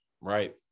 right